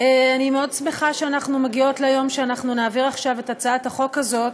אני מאוד שמחה שאנחנו מגיעות ליום שאנחנו נעביר את הצעת החוק הזאת,